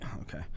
okay